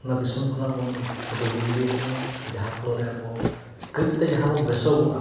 ᱚᱱᱟᱜ ᱫᱤᱥᱚᱢ ᱠᱷᱚᱱᱟᱜ ᱵᱚᱱ ᱵᱟᱹᱜᱤ ᱜᱤᱰᱤᱭᱟᱜ ᱠᱟᱱᱟ ᱡᱟᱦᱟᱸ ᱨᱮ ᱟᱵᱚ ᱠᱟᱹᱡᱛᱮ ᱡᱟᱦᱟᱸ ᱵᱚᱱ ᱵᱮᱥᱚᱜᱼᱟ